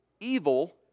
evil